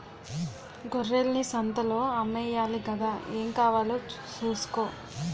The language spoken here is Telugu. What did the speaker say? గొర్రెల్ని సంతలో అమ్మేయాలి గదా ఏం కావాలో సూసుకో